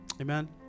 Amen